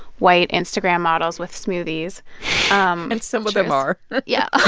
white instagram models with smoothies um and some of them are yeah,